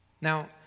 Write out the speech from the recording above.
Now